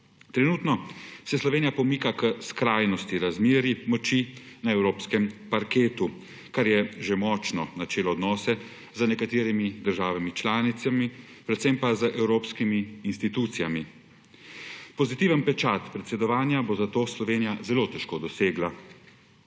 Trenutno se Slovenija pomika k skrajnosti razmerij moči na evropskem parketu, kar je že močno načelo odnose z nekaterimi državami članicami, predvsem pa z evropskimi institucijami. Pozitiven pečat predsedovanja bo zato Slovenija zelo težko dosegla.